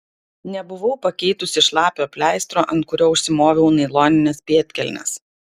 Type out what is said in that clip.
nebuvau pakeitusi šlapio pleistro ant kurio užsimoviau nailonines pėdkelnes